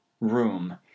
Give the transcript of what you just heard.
room